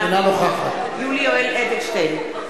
אינה נוכחת יולי יואל אדלשטיין,